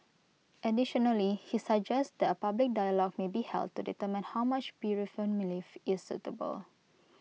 additionally he suggests that A public dialogue may be held to determine how much bereavement leave is suitable